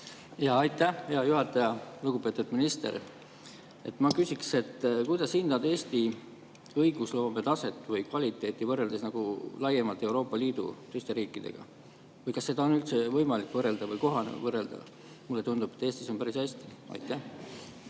Aitäh, hea juhataja! Lugupeetud minister! Kuidas sa hindad Eesti õigusloome taset või kvaliteeti võrreldes laiemalt Euroopa Liidu teiste riikidega? Või kas seda on üldse võimalik võrrelda või kohane võrrelda? Mulle tundub, et Eestis on päris hästi. Aitäh,